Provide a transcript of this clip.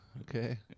Okay